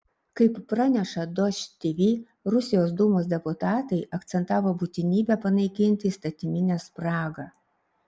kaip praneša dožd tv rusijos dūmos deputatai akcentavo būtinybę panaikinti įstatyminę spragą